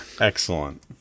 Excellent